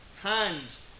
Hands